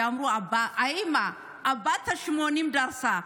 אמרו: האימא בת ה-80 דרסה,